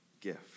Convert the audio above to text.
gift